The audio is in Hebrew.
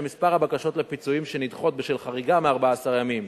ומספר הבקשות לפיצויים שנדחות בשל חריגה מ-14 ימים